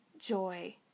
joy